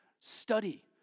Study